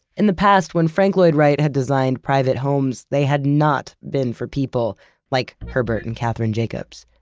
in the past, when frank lloyd wright had designed private homes, they had not been for people like herbert and katherine jacobs.